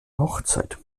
hochzeit